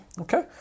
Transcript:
Okay